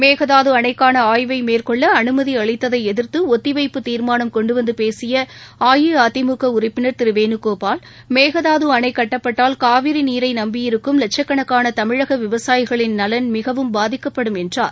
மேகதாது அணைக்கான ஆய்வை மேற்கொள்ள அனுமதி அளித்ததை எதிர்த்து ஒத்திவைப்பு தீர்மானம் கொண்டுவந்து பேசிய அஇஅதிமுக உறுப்பினர் திரு வேணுகோபால் மேகதாது அணை கட்டப்பட்டால் காவிரி நீரை நம்பியிருக்கும் வட்சக்கணக்கான தமிழக விவசாயிகளின் நலன் மிகவும் பாதிக்கப்படும் என்றார்